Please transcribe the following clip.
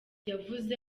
yavuze